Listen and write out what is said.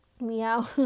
Meow